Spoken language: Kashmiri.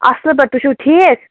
اَصٕل پٲٹھۍ تُہۍ چھُو ٹھیٖک